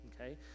okay